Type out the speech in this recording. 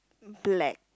black